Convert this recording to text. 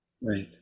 Right